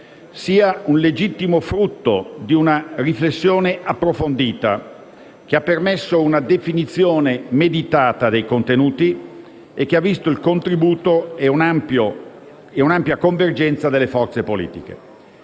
sia un legittimo frutto di una riflessione approfondita che ha permesso una definizione meditata dei contenuti e che ha visto il contributo e un'ampia convergenza delle forze politiche.